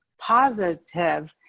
positive